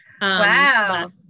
Wow